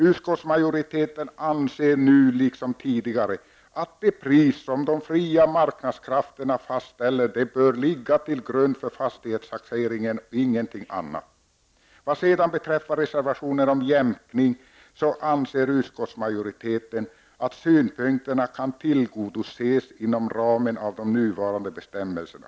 Utskottsmajoriteten anser nu liksom tidigare att det pris som de fria marknadskrafterna fastställer bör ligga till grund för fastighetstaxeringen, och ingenting annat. Vad sedan beträffar reservation nr 7 om jämkning anser utskottsmajoriteten att dessa synpunkter kan tillgodoses inom ramen för de nuvarande bestämmelserna.